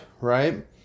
right